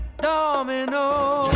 Domino